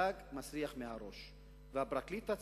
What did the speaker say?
הדג מסריח מהראש, והפרקליט הצבאי,